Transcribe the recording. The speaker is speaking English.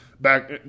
back